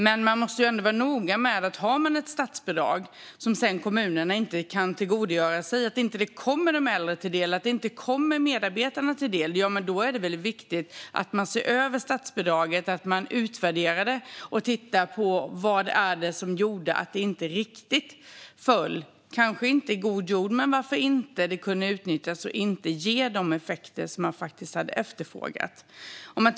Men man måste ändå vara noga med att om man har ett statsbidrag som kommunerna sedan inte kan tillgodogöra sig så att det kommer de äldre eller medarbetarna till del är det viktigt att se över statsbidraget, utvärdera det och titta på vad det var som gjorde att det inte kunde utnyttjas och ge de effekter man hade efterfrågat.